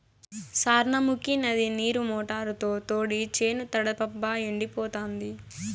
సార్నముకీ నది నీరు మోటారుతో తోడి చేను తడపబ్బా ఎండిపోతాంది